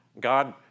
God